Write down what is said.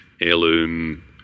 heirloom